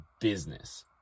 business